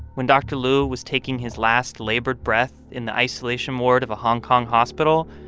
when dr. liu was taking his last labored breath in the isolation ward of a hong kong hospital,